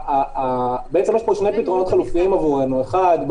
בעצם יש פה שני פתרונות חלופיים עבורנו: אחד,